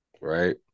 right